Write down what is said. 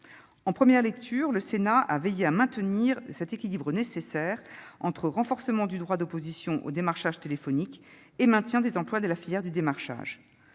En première lecture, le Sénat a veillé à maintenir cet équilibre nécessaire entre renforcement du droit d'opposition au démarchage téléphonique et maintien des emplois de la filière du démarchage.